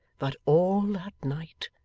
but all that night,